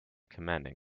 commanding